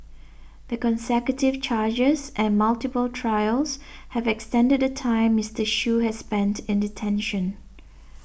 the consecutive charges and multiple trials have extended the time Mister Shoo has spent in detention